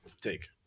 take